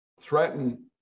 threaten